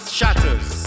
shatters